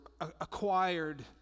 acquired